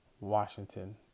Washington